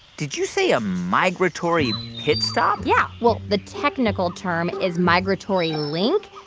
did you say a migratory pit stop? yeah. well, the technical term is migratory link.